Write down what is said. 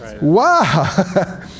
Wow